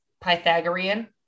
Pythagorean